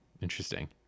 Interesting